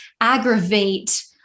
aggravate